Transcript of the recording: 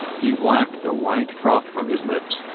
he wiped the white froth from his lips,